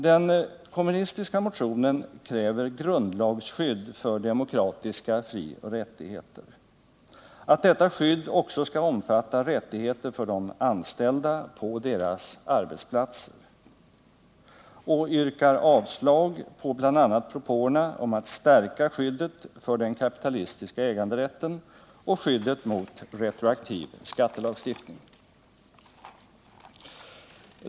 Den kommunistiska motionen kräver grundlagskydd för demokratiska frioch rättigheter, att detta skydd också skall omfatta rättigheter för de anställda på deras arbetsplatser, och den yrkar avslag på bl.a. propåerna om att stärka skyddet för den kapitalistiska äganderätten och skyddet mot retroaktiv skattelagstiftning.